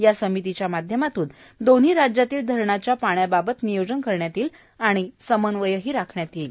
या समितीच्या माध्यमातून दोन्ही राज्यांतील धरणांच्या पाण्याबाबत नियोजन करण्यात येईल आणि समन्वय राखण्यात येणार आहे